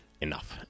enough